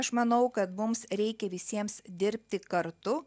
aš manau kad mums reikia visiems dirbti kartu